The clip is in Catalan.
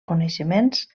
coneixements